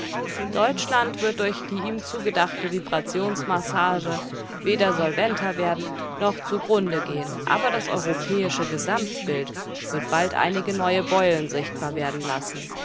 deutschland wird durch die ihm zugedachte vibrationsmassage weder solventer werden noch zugrunde gehen aber das europäische gesamtbild wird bald einige neue beulen sichtbar werden lassen